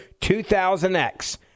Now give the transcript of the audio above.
2000X